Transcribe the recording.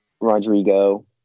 Rodrigo